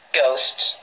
ghosts